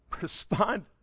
respond